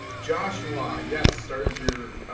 joshua yes started you're